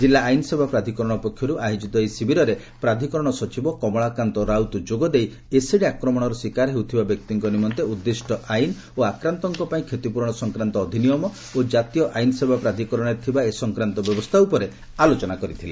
ଜିଲ୍ଲା ଆଇନସେବା ପ୍ରାଧ୍କରଣ ପକ୍ଷରୁ ଆୟୋଜିତ ଏହି ଶିବିରରେ ପ୍ରାଧ୍କରଣ ସଚିବ କମଳାକାନ୍ତ ରାଉତ ଯୋଗଦେଇ ଏସିଡ୍ ଆକ୍ରମଣର ଶିକାର ହେଉଥିବା ବ୍ୟକ୍ତିଙ୍କ ନିମନ୍ତେ ଉଦ୍ଧିଷ୍ଯ ଆଇନ ଓ ଆକ୍ରାନ୍ତଙ୍କ ପାଇଁ କ୍ଷତିପ୍ରରଣ ସଂକ୍ରାନ୍ତ ଅଧ୍ନିୟମ ଓ କାତୀୟ ଆଇନସେବା ପ୍ରାଧ୍କରଣରେ ଥିବା ଏ ସଂକ୍ରାନ୍ତ ବ୍ୟବସ୍କା ଉପରେ ଆଲୋଚନା କରିଥିଲେ